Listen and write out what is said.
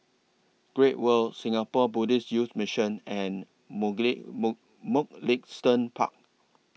Great World Singapore Buddhist Youth Mission and Muglist Mug Mugliston Park